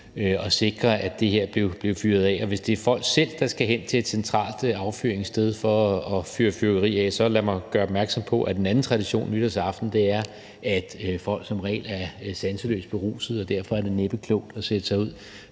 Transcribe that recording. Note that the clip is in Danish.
og sikre, at det blev fyret af. Og hvis det er folk selv, der skal hen til et centralt affyringssted for at fyre fyrværkeri af, må jeg gøre opmærksom på, at en anden tradition nytårsaften er, at folk som regel er sanseløst berusede. Derfor er det næppe klogt at sætte sig ud